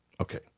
Okay